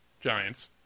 Giants